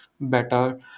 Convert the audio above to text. better